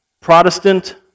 Protestant